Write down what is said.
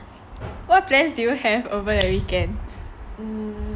what plans do you have over the weekends